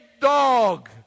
dog